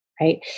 right